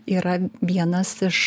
yra vienas iš